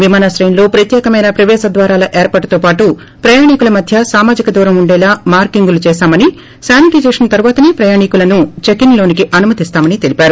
విమానాశ్రయంలో ప్రత్యేకమైన ప్రపేశ ద్వారాల ఏర్పాటుతో పాటు ప్రయాణీకుల మధ్య సామాజిక దూరం ఉండేలా మార్కింగ్లు చేశామని శానిటైజేషన్ తరువాతనే ప్రయాణీకులను చెకిన్ లోకి అనుమతిస్తామని తెలిపారు